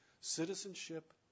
Citizenship